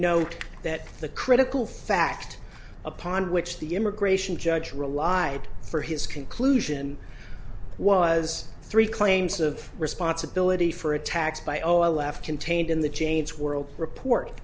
note that the critical fact upon which the immigration judge relied for his conclusion was three claims of responsibility for attacks by o l f contained in the chain's world report